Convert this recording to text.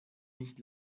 nicht